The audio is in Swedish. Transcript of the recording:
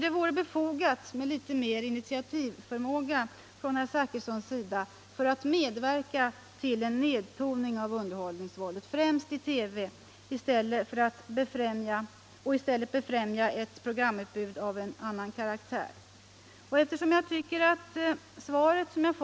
Det vore befogat med litet mer initiativförmåga från herr Zachrissons sida för att medverka till en nedtoning av underhållningsvåldet främst i TV och att i stället befrämja ett programutbud av annan karaktär. 1.